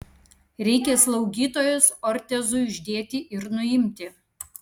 reikia slaugytojos ortezui uždėti ir nuimti